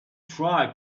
try